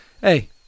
Hey